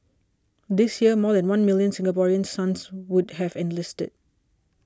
this year more than one million Singaporean sons would have enlisted